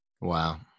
Wow